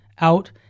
out